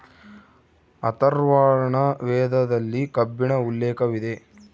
ಅಥರ್ವರ್ಣ ವೇದದಲ್ಲಿ ಕಬ್ಬಿಣ ಉಲ್ಲೇಖವಿದೆ